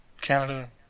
Canada